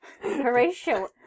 Horatio